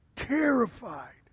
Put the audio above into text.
Terrified